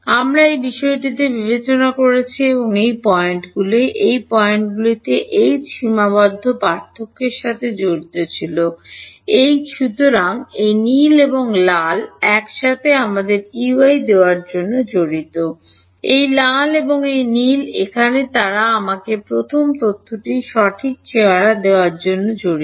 আমরা এই বিষয়টিকে বিবেচনা করেছি এবং এই পয়েন্টগুলি এই পয়েন্টগুলিতে এইচ সীমাবদ্ধ পার্থক্যের সাথে জড়িত ছিল H সুতরাং এই নীল এবং এই লাল এক সাথে আমাকে Ey দেওয়ার জন্য জড়িত এই লাল এবং এই নীল এখানে তারা আমাকে প্রথম তথ্যটির সঠিক চেহারা দেওয়ার জন্য জড়িত